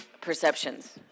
perceptions